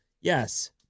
yes